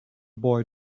boy